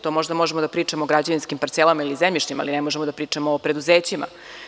To možda možemo da pričamo o građevinskim parcelama ili zemljištu, ali ne možemo da pričamo o preduzećima.